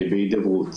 בהידברות.